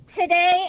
today